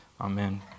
Amen